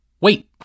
Wait